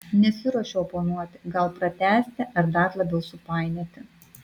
nesiruošiu oponuoti gal pratęsti ar dar labiau supainioti